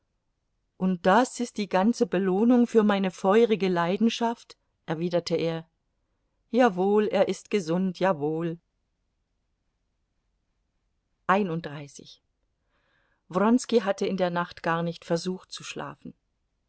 und das ist die ganze belohnung für meine feurige leidenschaft erwiderte er jawohl er ist gesund jawohl wronski hatte in der nacht gar nicht versucht zu schlafen